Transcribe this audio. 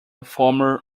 former